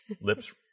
Lips